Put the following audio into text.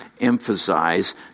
emphasize